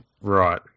Right